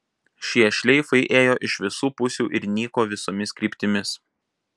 šie šleifai ėjo iš visų pusių ir nyko visomis kryptimis